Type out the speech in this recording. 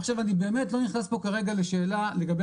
עכשיו אני לא נכנס כרגע לשאלה לגבי